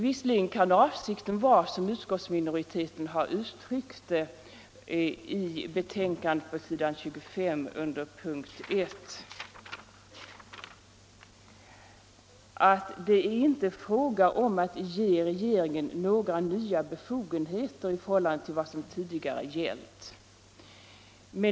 Visserligen kan det ha varit så som framhålles på s. 25 i betänkandet, där utskottet som väsentligt vid bedömningen som en första punkt framhåller att det inte är fråga om att ge regeringen några nya befogenheter i förhållande till vad som tidigare gällt.